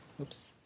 Oops